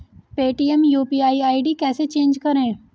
Paytm UPI ID कैसे change करें?